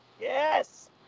Yes